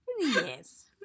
Yes